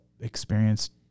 experienced